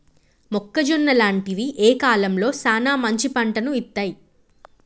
మొక్కజొన్న లాంటివి ఏ కాలంలో సానా మంచి పంటను ఇత్తయ్?